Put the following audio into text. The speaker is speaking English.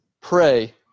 pray